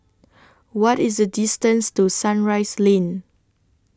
What IS The distance to Sunrise Lane